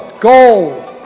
gold